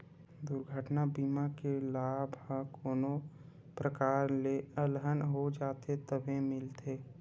दुरघटना बीमा के लाभ ह कोनो परकार ले अलहन हो जाथे तभे मिलथे